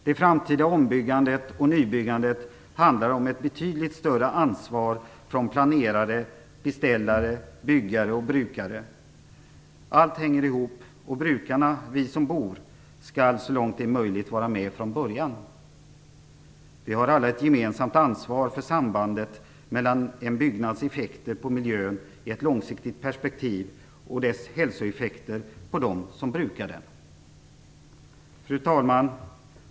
Det framtida ombyggandet och nybyggandet handlar om ett betydligt större ansvar från planerare, beställare, byggare och brukare. Allt hänger ihop, och brukarna, vi som bor, skall så långt det är möjligt vara med från början. Vi har alla ett gemensamt ansvar för sambandet mellan en byggnads effekter på miljön i ett långsiktigt perspektiv och dess hälsoeffekter på dem som brukar den. Fru talman!